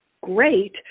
great